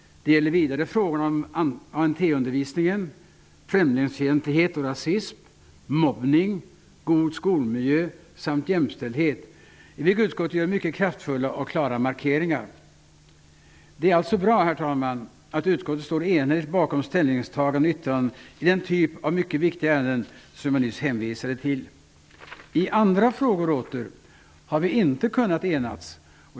Det gäller vidare frågorna om ANT-undervisning, främlingsfientlighet och rasism, mobbning, god skolmiljö samt jämställdhet. I dessa frågor gör utskottet mycket kraftfulla och klara markeringar. Herr talman! Det är alltså bra att utskottet står enhälligt bakom ställningstaganden och yttranden i de mycket viktiga ärenden som jag nyss hänvisade till. I andra frågor har vi inte kunnat enas.